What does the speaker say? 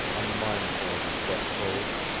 unmindful of his wet clothes,